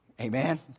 amen